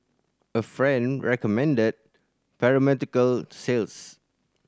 a friend recommended pharmaceutical sales